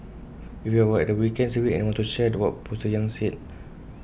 if you were at the weekend service and want to share what pastor yang said